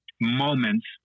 moments